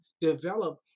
develop